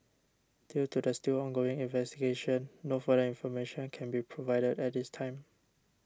due to the still ongoing investigation no further information can be provided at this time